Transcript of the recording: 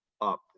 up